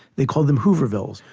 they called them hoovervilles.